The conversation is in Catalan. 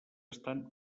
estan